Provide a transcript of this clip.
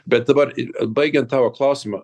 bet dabar ir baigiant tavo klausimą